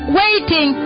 waiting